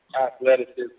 athleticism